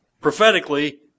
prophetically